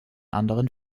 anderen